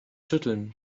schütteln